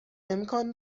امکان